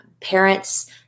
parents